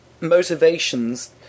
motivations